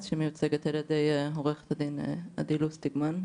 שמיוצגת על ידי עורכת הדין עדי לוסטיגמן,